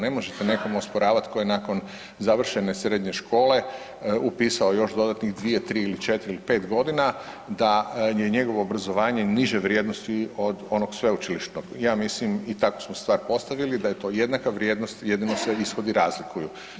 Ne možete nekom osporavati tko je nakon završene srednje škole upisao još dodatnih 2, 3 ili 4 ili 5 godina da je njegovo obrazovanje niže vrijednosti od onog sveučilišnog, ja mislim i tako smo stvar postavili, da je to jednaka vrijednost, jedino se ishodi razlikuju.